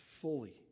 fully